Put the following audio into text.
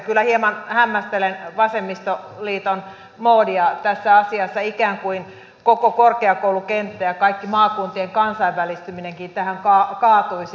kyllä hieman hämmästelen vasemmistoliiton moodia tässä asiassa ikään kuin koko korkeakoulukenttä ja kaikki maakuntien kansainvälistyminenkin tähän kaatuisi